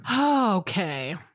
Okay